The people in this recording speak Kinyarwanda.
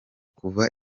kuva